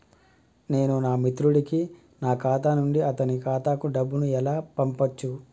నేను నా మిత్రుడి కి నా ఖాతా నుండి అతని ఖాతా కు డబ్బు ను ఎలా పంపచ్చు?